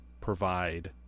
provide